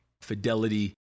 fidelity